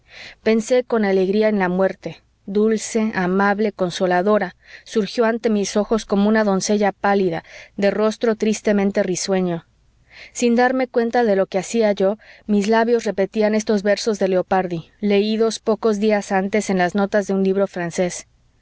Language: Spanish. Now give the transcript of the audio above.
pensé con alegría en la muerte dulce amable consoladora surgió ante mis ojos como una doncella pálida de rostro tristemente risueño sin darme cuenta de lo que hacía yo mis labios repetían estos versos de leopardi leídos pocos días antes en las notas de un libro francés